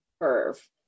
curve